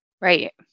Right